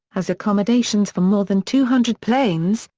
has accommodations for more than two hundred planes,